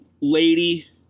Lady